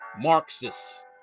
Marxists